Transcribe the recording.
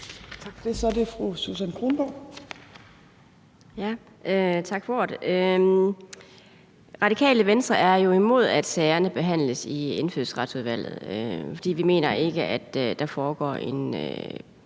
Kronborg. Kl. 15:00 Susan Kronborg (RV): Tak for ordet. Radikale Venstre er jo imod, at sagerne behandles i Indfødsretsudvalget, for vi mener ikke, at der foregår en